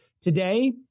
Today